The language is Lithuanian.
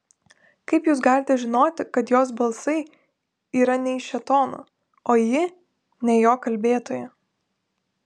kaip jūs galite žinoti kad jos balsai yra ne iš šėtono o ji ne jo kalbėtoja